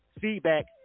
feedback